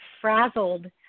frazzled